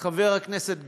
חבר הכנסת גליק,